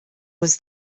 was